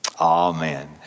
Amen